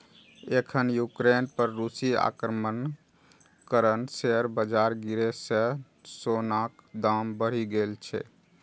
एखन यूक्रेन पर रूसी आक्रमणक कारण शेयर बाजार गिरै सं सोनाक दाम बढ़ि गेल छै